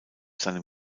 seinem